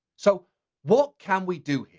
so what can we do?